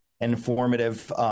informative